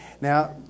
Now